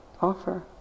offer